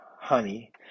honey